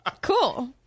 Cool